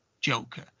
Joker